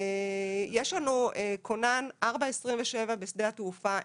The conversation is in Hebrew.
יש לנו כונן 7/24 בשדה התעופה.